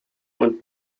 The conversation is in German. und